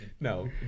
No